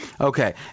Okay